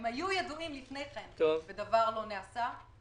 הם היו ידועים לפני כן ודבר לא נעשה.